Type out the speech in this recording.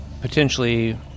potentially